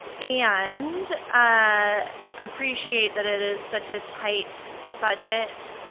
and ah appreciate that it is such a tight budget